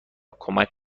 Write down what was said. کمک